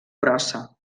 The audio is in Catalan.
brossa